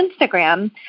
Instagram